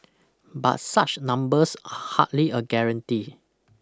but such numbers are hardly a guarantee